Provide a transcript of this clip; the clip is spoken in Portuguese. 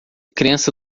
criança